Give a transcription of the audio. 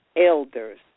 elders